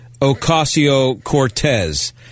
Ocasio-Cortez